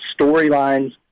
storylines